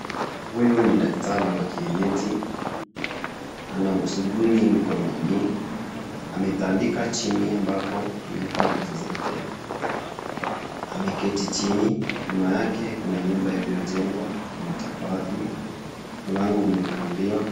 Huyu ni daktari wa kienyeji, ana usuguni mkononi, ametandika chini ambako, ameeka vitu zake, ameketi chini, nyuma yake kuna nyumba iliyo jengwa, ya matofali, mlango umefunguliwa.